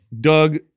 Doug